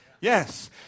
Yes